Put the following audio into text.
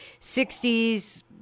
60s